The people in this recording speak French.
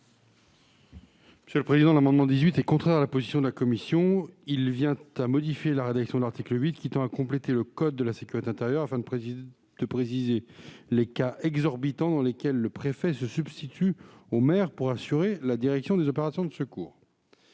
coordination. L'amendement n° 18 rectifié est contraire à la position de la commission. Il vise à modifier la rédaction de l'article 8, qui complète le code de la sécurité intérieure afin de préciser les cas exorbitants dans lesquels le préfet se substitue au maire pour assurer la direction des opérations de secours.